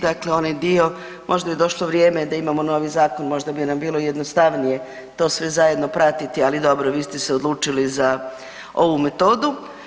Dakle onaj dio, možda je došlo vrijeme da imamo novi zakon, možda bi nam bilo jednostavnije to sve zajedno pratiti ali dobro, vi ste se odlučili za ovu metodu.